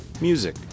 music